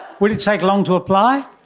will it take long to apply?